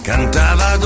Cantava